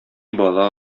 бала